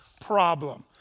problem